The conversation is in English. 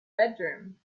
bedroom